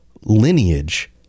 lineage